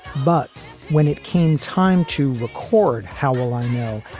but when it came time to record, how will i know?